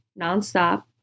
nonstop